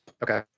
Okay